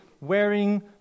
wearing